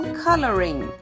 coloring